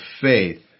faith